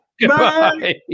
Goodbye